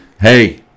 hey